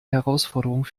herausforderung